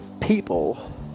people